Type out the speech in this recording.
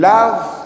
Love